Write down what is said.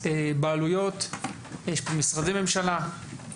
יש פה בעלויות, יש פה משרדי ממשלה,